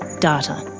data.